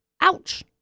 Ouch